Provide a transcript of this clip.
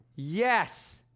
yes